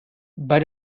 bei